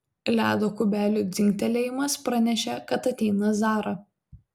ledo kubelių dzingtelėjimas pranešė kad ateina zara